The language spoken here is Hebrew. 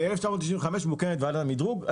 ב-1995 מוקמת ועדת המדרוג.